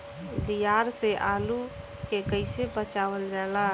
दियार से आलू के कइसे बचावल जाला?